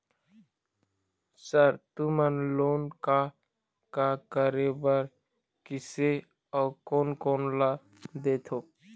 Sir तुमन loan का का करें बर, किसे अउ कोन कोन ला देथों?